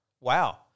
wow